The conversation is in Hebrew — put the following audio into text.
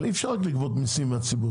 אבל אי אפשר רק לגבות מיסים מהציבור.